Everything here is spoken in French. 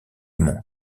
monde